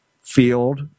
field